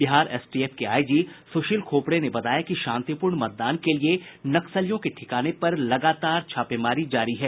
Bihar STF के IG Sushil Khopde ने बताया कि शांतिपूर्ण मतदान के लिये नक्सलियों के ठिकानों पर लगातार छापेमारी जारी है